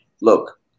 Look